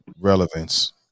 relevance